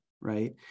right